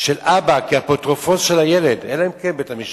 של אבא כאפוטרופוס של הילד, אלא אם כן בית-המשפט